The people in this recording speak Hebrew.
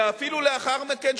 ואפילו לאחר מכן,